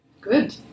Good